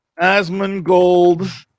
Asmongold